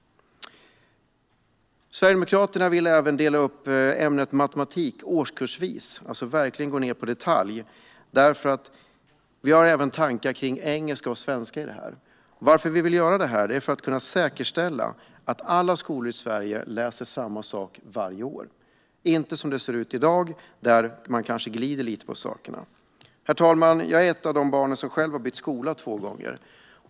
Sverigedemokraterna vill dela upp ämnet matematik årskursvis och verkligen gå ned på detaljnivå. Vi har även sådana tankar vad gäller engelska och svenska. Anledningen till detta är att vi vill säkerställa att man i alla skolor i Sverige läser samma sak varje år. Det ska inte vara som det ser ut i dag, då man kanske glider lite på saken. Herr talman! Som barn bytte jag skola två gånger.